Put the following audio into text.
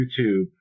YouTube